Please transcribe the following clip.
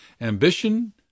Ambition